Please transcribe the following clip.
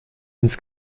ins